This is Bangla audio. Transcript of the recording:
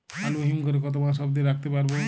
আলু হিম ঘরে কতো মাস অব্দি রাখতে পারবো?